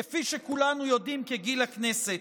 כפי שכולנו יודעים, כגיל הכנסת.